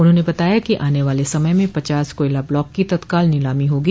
उन्होंने बताया कि आने वाले समय में पचास कोयला ब्लाक की तत्काल नीलामी होगी